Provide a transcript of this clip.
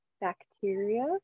bacteria